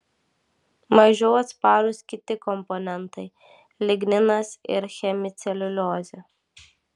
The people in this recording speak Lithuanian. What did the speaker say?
mažiau atsparūs kiti komponentai ligninas ir hemiceliuliozė